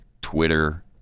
twitter